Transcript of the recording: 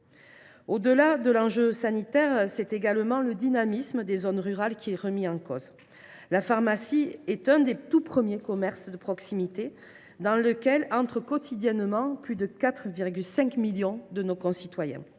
Au delà de l’enjeu sanitaire, c’est également le dynamisme des zones rurales qui est remis en cause. La pharmacie est l’un des tout premiers commerces de proximité, dans lequel entrent quotidiennement plus de 4,5 millions de nos concitoyens.